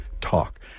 TALK